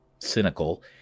Cynical